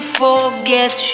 forget